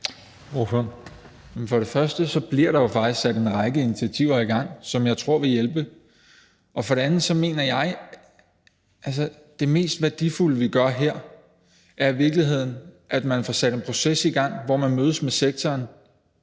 Men for det første bliver der jo faktisk sat en række initiativer i gang, som jeg tror vil hjælpe. For det andet mener jeg, at det mest værdifulde, vi gør her, i virkeligheden er, at man får sat en proces i gang, hvor man mødes med sektoren,